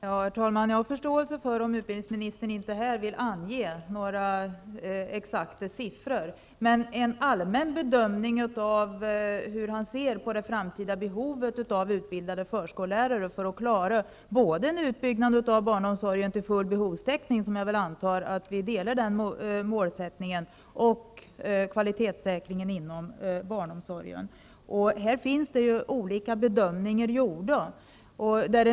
Herr talman! Jag har förståelse för om utbildningsministern inte här vill ange några exakta siffror. Men vi borde kunna få en allmän bedömning av hur han ser på det framtida behovet av utbildade förskollärare, för att klara av en utbyggnad av barnomsorgen till full behovstäckning och kvalitetssäkringen inom barnomsorgen. Jag antar att vi delar uppfattningen om målsättningen full behovstäckning. Här har gjorts olika bedömningar.